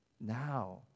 now